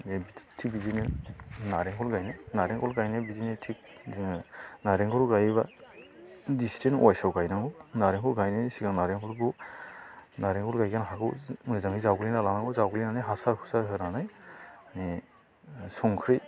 थिग बिदिनो नारेंखल गायनाय नारेंखल गायनाया बिदिनो थिग जोङो नारेंखल गायोब्ला डिसटेन्स अवाइस आव गायनांगौ नारेंखल गायनायनि सिगां नारेंखलखौ नारेंखल गायनाय हाखौ मोजाङै जावग्लिना लानांगौ जावग्लिनानै हासार हुसार होनानै संख्रि